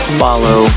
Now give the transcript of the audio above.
follow